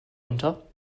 unter